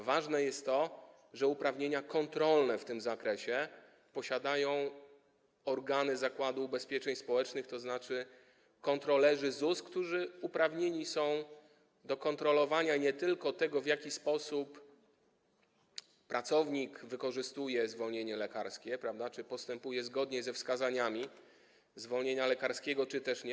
Ważne jest to, że uprawnienia kontrolne w tym zakresie posiadają organy Zakładu Ubezpieczeń Społecznych, tzn. kontrolerzy ZUS, którzy uprawnieni są do kontrolowania nie tylko tego, w jaki sposób pracownik wykorzystuje zwolnienie lekarskie, prawda, i czy postępuje zgodnie ze wskazaniami zwolnienia lekarskiego, czy też nie.